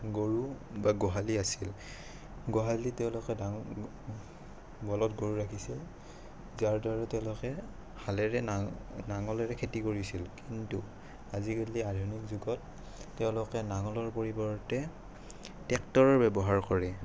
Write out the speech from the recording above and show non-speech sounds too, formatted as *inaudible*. গৰু বা গোহালি আছিল গোহালিত তেওঁলোকে *unintelligible* গৰু ৰাখিছে যাৰ দ্বাৰা তেওঁলোকে হালেৰে না নাঙলেৰে খেতি কৰিছিল কিন্তু আজিকালি আধুনিক যুগত তেওঁলোকে নাঙলৰ পৰিৱৰ্তে ট্ৰেক্টৰৰ ব্যৱহাৰ কৰে